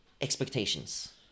expectations